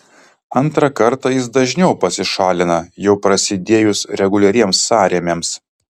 antrą kartą jis dažniau pasišalina jau prasidėjus reguliariems sąrėmiams